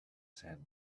sand